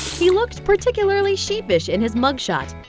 he looked particularly sheepish in his mugshot.